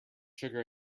sugar